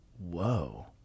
Whoa